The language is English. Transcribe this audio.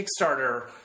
Kickstarter